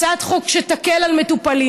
הצעת חוק שתקל על מטופלים,